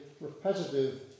repetitive